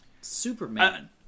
Superman